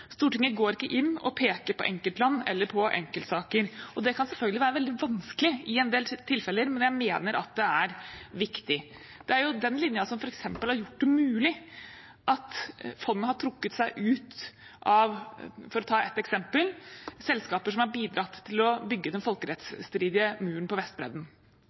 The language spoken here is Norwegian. Stortinget går ikke inn og peker på enkeltland eller på enkeltsaker. Det kan selvfølgelig være veldig vanskelig i en del tilfeller, men jeg mener at det er viktig. Det er den linjen som har gjort det mulig for fondet å trekke seg ut – for å ta et eksempel – av selskaper som har bidratt til å bygge den folkerettsstridige muren på Vestbredden,